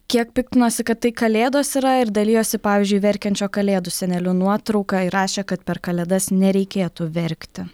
kiek piktinosi kad tai kalėdos yra ir dalijosi pavyzdžiui verkiančio kalėdų seneliu nuotrauka ir rašė kad per kalėdas nereikėtų verkti